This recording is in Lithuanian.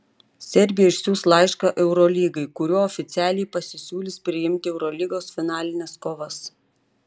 serbija išsiųs laišką eurolygai kuriuo oficialiai pasisiūlys priimti eurolygos finalines kovas